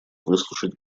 выслушать